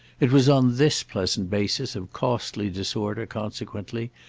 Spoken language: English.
it was on this pleasant basis of costly disorder, consequently,